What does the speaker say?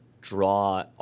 draw